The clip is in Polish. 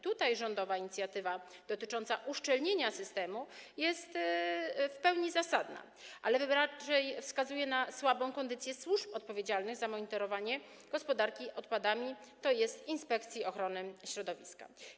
Tutaj rządowa inicjatywa dotycząca uszczelnienia systemu jest w pełni zasadna, ale wskazuje raczej na słabą kondycję służb odpowiedzialnych za monitorowanie gospodarki odpadami, tj. Inspekcji Ochrony Środowiska.